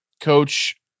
Coach